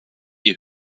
die